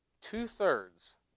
two-thirds